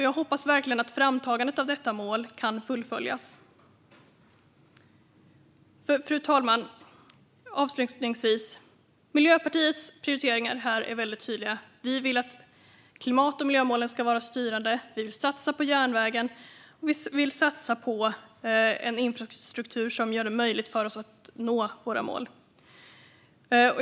Jag hoppas verkligen att framtagandet av detta mål kan fullföljas. Fru talman! Miljöpartiets prioriteringar här är väldigt tydliga. Vi vill att klimat och miljömålen ska vara styrande. Vi vill satsa på järnvägen. Vi vill satsa på en infrastruktur som gör det möjligt för oss att nå våra mål.